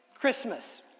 Christmas